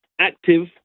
active